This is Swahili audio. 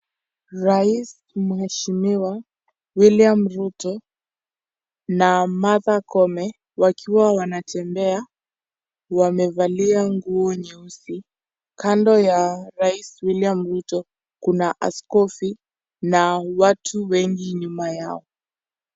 Rais mweshimiwa Wiliam Ruto na Martha Koome wakiwa wanatembea wamevalia nguo nyeusi, kando ya rais William ruto kuna askofu na watu wengi nyuma yao.